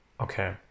okay